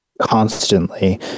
constantly